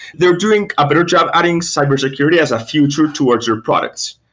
they're doing a better job adding cyber security as a future towards your products,